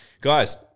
guys